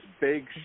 big